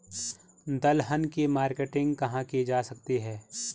दलहन की मार्केटिंग कहाँ की जा सकती है?